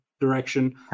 direction